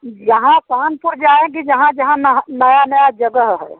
जहाँ कानपुर जाएगी जहाँ जहाँ नया नया जगह है